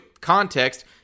context